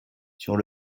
sur